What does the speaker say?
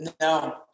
No